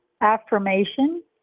affirmation